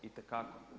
Itekako.